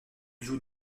joue